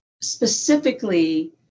specifically